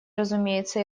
разумеется